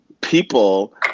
people